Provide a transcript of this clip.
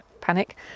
panic